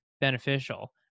beneficial